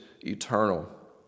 eternal